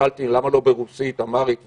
כששאלתי למה לא ברוסית, באמהרית וכו',